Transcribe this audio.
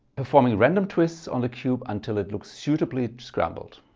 performing random twists on the cube until it looks suitably scrambled.